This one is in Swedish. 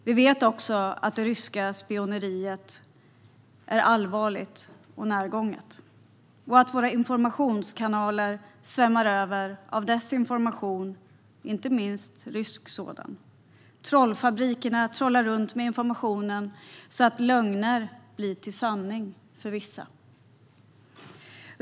Vi vet också att det ryska spioneriet är allvarligt och närgånget och att våra informationskanaler svämmar över av desinformation, inte minst rysk sådan. Trollfabrikerna trollar runt med informationen, så att lögner blir till sanning för vissa.